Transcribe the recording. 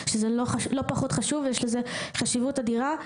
שזה לא פחות חשוב ויש לזה חשיבות אדירה,